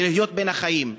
ולהיות בין החיים.